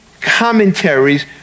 commentaries